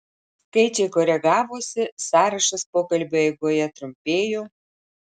skaičiai koregavosi sąrašas pokalbio eigoje trumpėjo